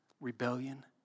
rebellion